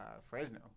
Fresno